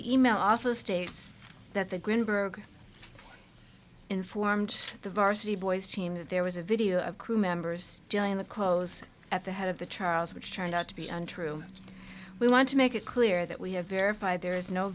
email also states that the greenberg informed the varsity boys team that there was a video of crew members in the clothes at the head of the charles which turned out to be untrue we want to make it clear that we have verified